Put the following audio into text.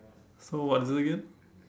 so what is it again